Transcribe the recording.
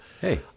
Hey